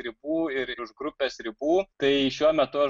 ribų ir už grupės ribų tai šiuo metu aš